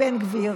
מבין